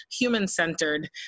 human-centered